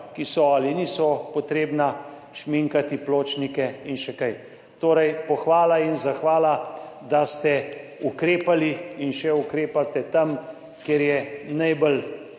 ki so ali niso potrebna, šminkati pločnike in še kaj. Torej, pohvala in zahvala, da ste ukrepali in še ukrepate tam, kjer je najbolj